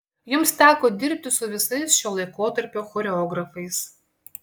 jums teko dirbti su visais šio laikotarpio choreografais